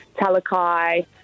Talakai